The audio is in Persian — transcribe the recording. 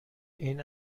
این